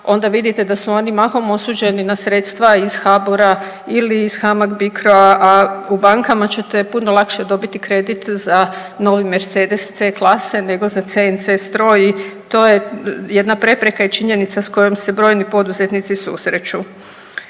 onda vidite da su oni mahom osuđeni na sredstva iz HBOR-a ili iz HAMAG-BICRO-a, a u bankama ćete puno lakše dobiti kredit za novi Mercedes C klase nego za CNC stroj i to je jedna prepreka i činjenica s kojom se brojni poduzetnici susreću.